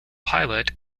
pilot